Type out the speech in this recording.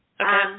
okay